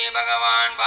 Bhagavan